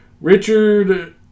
Richard